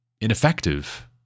ineffective